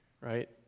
right